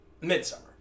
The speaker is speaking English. Midsummer